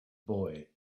boy